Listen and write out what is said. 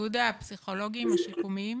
איגוד הפסיכולוגים השיקומיים.